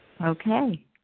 Okay